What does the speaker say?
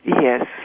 Yes